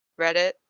Reddit